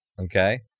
okay